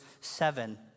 seven